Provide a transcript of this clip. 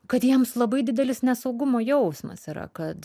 kad jiems labai didelis nesaugumo jausmas yra kad